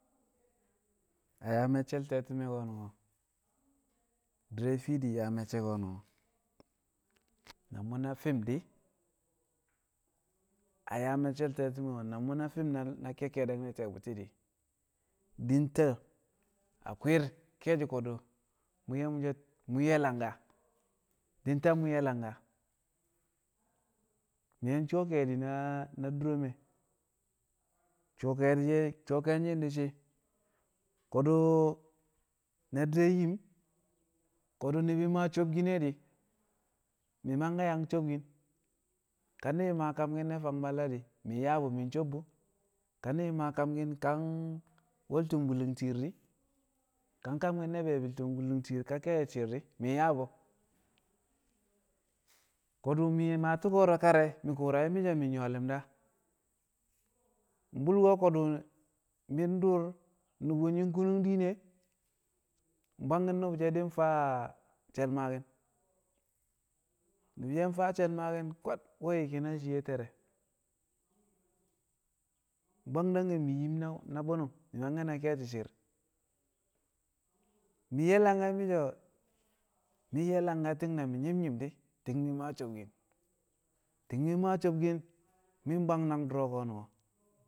A yaa me̱cce̱l te̱ti̱me̱ ko̱nu̱n di̱re̱ fiidi yaa me̱cce ko̱nu̱n na mu̱na fi̱m di̱ a yaa me̱cce̱l te̱ti̱me̱ na mu̱na fi̱m na kekkedek ne̱ ti̱ye̱ bu̱ti̱ di̱ di̱ ta a kwi̱r ke̱e̱shi̱ ko̱du̱ mu̱ ye̱ mu̱ so̱ mu̱ ye̱ langka di̱ ta mu̱ ye̱ langka, mi̱ yang su̱wo̱ ke̱e̱di̱ na dure me̱ su̱wo̱ ke̱e̱di̱ she̱ su̱wo̱ ke̱nshɪn di̱ shi̱ ko̱du̱ na di̱re̱ yim ko̱du̱ ni̱bi̱ maa sobkin ne̱ di̱ mi̱ mangke̱ yang sobkin ka ni̱bi̱ maa kamki̱n ne̱ fang balla di̱ mi̱ yaa bu̱ mi̱ sob bu̱ ka ni̱bi̱ maa kamki̱n ka we̱l tu̱mbu̱lu̱ng tir di̱ ka kamki̱n ne̱ be̱e̱bi̱l tu̱mbu̱lu̱ng tir ka ke̱e̱shi̱ shi̱i̱r di̱ mi̱ yaa bu̱ ko̱du̱ me̱ mi̱ maa tu̱u̱ ko̱ro̱ kar re̱ mi̱ ku̱u̱ra shi̱ mi̱ so̱ mi̱ nyu̱wo̱ li̱mda bu̱lko̱ ko̱du̱ mi̱ duur nu̱bu̱ nyi̱ kunun diine bwangki̱n nu̱bu̱ she̱ faa she̱l maaki̱n nu̱bu̱ she̱ faa she̱l maaki̱n kwad we̱ yi ki̱nal shiye te̱re̱ bwang dange̱ mi̱ yim na bu̱nu̱m mi̱ mangke̱ na ke̱e̱shi̱ shi̱i̱r mi̱ ye̱ langka mi̱ so̱ mi̱ ye̱ langka ti̱ng na mi̱ nyi̱m nyi̱m di̱ ti̱ng mi̱ maa sobkin ti̱ng mi̱ maa sobkin mi̱ bwang nang du̱ro̱ ku̱nu̱n o̱